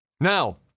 Now